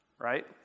right